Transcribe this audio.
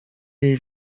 jej